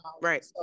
right